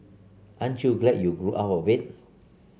aren't you glad you grew out of it